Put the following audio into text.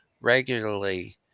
regularly